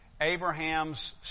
Abraham's